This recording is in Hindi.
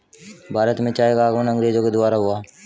भारत में चाय का आगमन अंग्रेजो के द्वारा हुआ